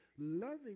loving